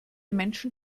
menschen